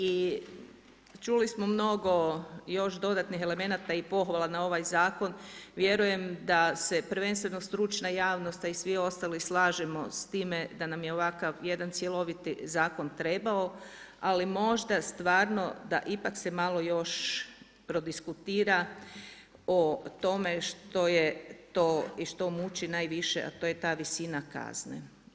I čuli smo mnogo još dodatnih elemenata i pohvala na ovaj zakon, vjerujem da se prvenstveno stručna javnost, a i svi ostali slažemo s time da nam je ovakav jedan cjeloviti zakon trebao, ali možda stvarno da ipak se malo još prodiskutira o tome što je to i što muči najviše, a to je ta visina kazne.